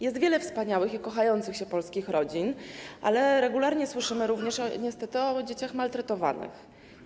Jest wiele wspaniałych i kochających się polskich rodzin, ale regularnie słyszymy niestety o dzieciach maltretowanych.